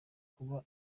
kuba